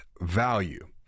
value